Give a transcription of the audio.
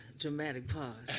dramatic pause